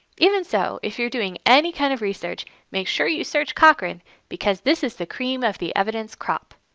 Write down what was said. even so, if you are doing any kind of research, make sure you search cochrane because this is the cream of the evidence crop.